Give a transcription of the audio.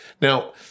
Now